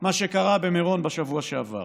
מה שקרה במירון בשבוע שעבר.